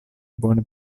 bone